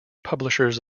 publishers